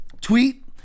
Tweet